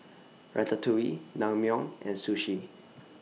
Ratatouille Naengmyeon and Sushi